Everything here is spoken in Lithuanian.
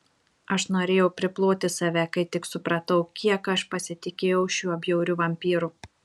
aš norėjau priploti save kai tik supratau kiek aš pasitikėjau šiuo bjauriu vampyru